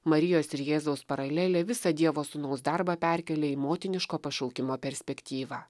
marijos ir jėzaus paralelė visą dievo sūnaus darbą perkėlė į motiniško pašaukimo perspektyvą